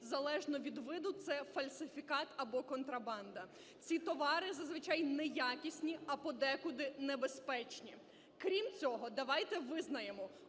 залежно від виду, це фальсифікат або контрабанда. Ці товари зазвичай не якісні, а подекуди небезпечні. Крім цього, давайте визнаємо: